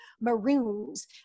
maroons